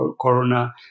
Corona